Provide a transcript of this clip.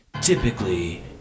Typically